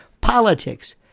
politics